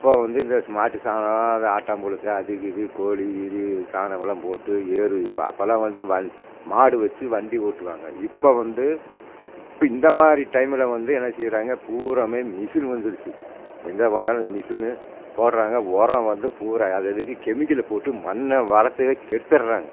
அப்போ வந்து இந்த மாட்டு சாணம் அந்த ஆட்டாம்புழுக்க அது இது கோழி கீழி சாணமெல்லாம் போட்டு ஏறு அப்போலாம் வந்துட்டு மாடு வச்சு வண்டி ஓட்டுவாங்க இப்போ வந்து இப்போ இந்த மாதிரி டைமில் வந்து என்ன செய்கிறாங்க பூராவுமே மிஷின் வந்துருச்சு எங்கே போனாலும் மிஷினு போடுறாங்க உரோம் வந்து பூரா அது அதுக்கு கெமிக்கலை போட்டு மண்ணை வளத்தையே கெடுத்துகிறாங்க